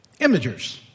imagers